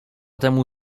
temu